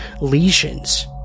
lesions